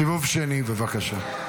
סיבוב שני, בבקשה.